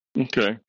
okay